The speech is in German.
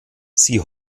sie